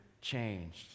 changed